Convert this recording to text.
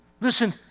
Listen